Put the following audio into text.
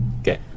Okay